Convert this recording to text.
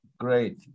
Great